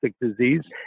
disease